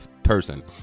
person